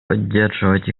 поддерживать